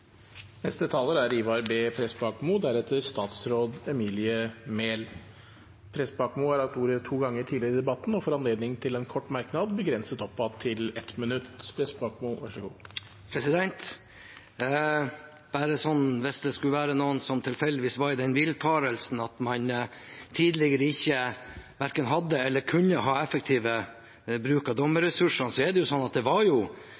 Ivar B. Prestbakmo har hatt ordet to ganger tidligere og får ordet til en kort merknad, begrenset til 1 minutt. Hvis det skulle være noen som tilfeldigvis var i den villfarelsen at man tidligere verken hadde eller kunne ha effektiv bruk av dommerressurser, var det jo hjemmel for å bruke dommere i andre domstoler også før reformen. Så det er ikke noe nytt etter reformen. At man ikke valgte å bruke det